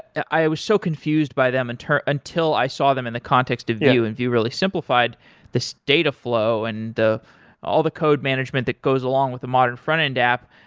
i was so confused by them until until i saw them in the context of view, and view really simplified this data flow and all the code management that goes along with the modern frontend app.